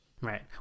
Right